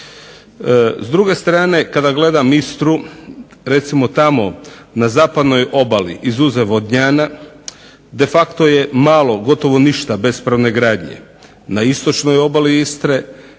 S druge strane, kada gledam Istru, tamo na zapadnoj obali izuzev Vodnjana, de facto je malo gotovo ništa bespravne gradnje,